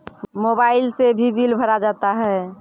Mobile से भी bill भरा जाता हैं?